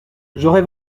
j’aurai